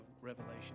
revelation